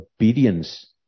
obedience